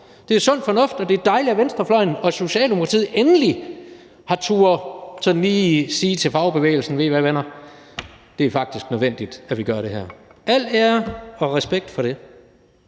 Det er sund fornuft, og det er dejligt, at venstrefløjen og Socialdemokratiet endelig har turdet sådan lige sige til fagbevægelsen: Ved I hvad, venner, det er faktisk nødvendigt, at vi gør det her. Al ære og respekt for det.